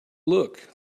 look